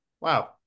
wow